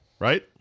right